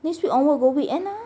this week onward go weekend lor